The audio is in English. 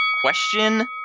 Question